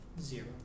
zero